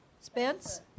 Spence